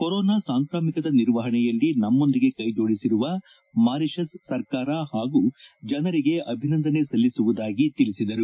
corona ಸಾಂಕ್ರಾಮಿಕದ ನಿರ್ವಹಣೆಯಲ್ಲಿ ನಮ್ಮೊಂದಿಗೆ ಕ್ಯೆ ಜೋಡಿಸಿರುವ ಮಾರಿಷಸ್ ಸರ್ಕಾರ ಹಾಗೂ ಜನರಿಗೆ ಅಭಿನಂದನೆ ಸಲ್ಲಿಸುವುದಾಗಿ ಅವರು ತಿಳಿಸಿದರು